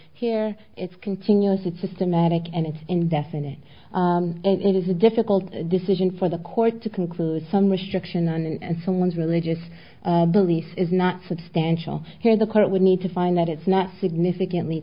here it's continuous it's systematic and it's indefinite it is a difficult decision for the court to conclude some restriction and someone's religious belief is not substantial here the court would need to find that it's not significantly